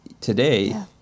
today